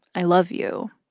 i love you.